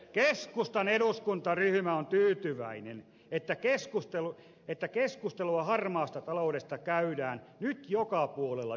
keskustan eduskuntaryhmä on tyytyväinen että keskustelua harmaasta taloudesta käydään nyt joka puolella yhteiskuntaa